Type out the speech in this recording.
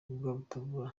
rwabutabura